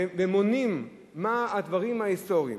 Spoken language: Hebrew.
ומונים מה הדברים ההיסטוריים.